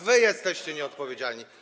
Wy jesteście nieodpowiedzialni.